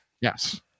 yes